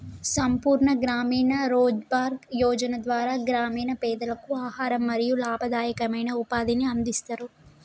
సంపూర్ణ గ్రామీణ రోజ్గార్ యోజన ద్వారా గ్రామీణ పేదలకు ఆహారం మరియు లాభదాయకమైన ఉపాధిని అందిస్తరు